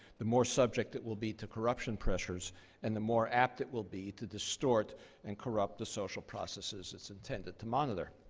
the more subject it will be to corruption pressures and the more apt it will be to distort and corrupt the social processes it's intended to monitor.